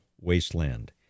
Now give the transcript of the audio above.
wasteland